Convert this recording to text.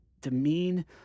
demean